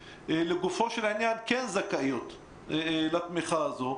שלגופו של עניין כן זכאיות לתמיכה הזו,